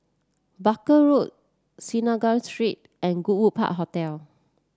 Baker Road Synagogue Street and Goodwood Park Hotel